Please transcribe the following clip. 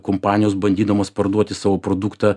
kompanijos bandydamos parduoti savo produktą